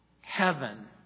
heaven